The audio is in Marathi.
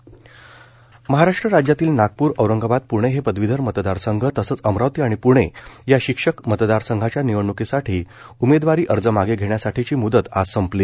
पदवीधर मतदान संघ महाराष्ट्र राज्यातील नागपूर औरंगाबाद पूणे हे पदवीधर मतदार संघ तसंच अमरावती आणि प्णे या शिक्षक मतदारसंघाच्या निवडण्कीसाठी उमेदवारी अर्ज मागे घेण्यासाठीची मुदत आज सपली